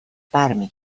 برمی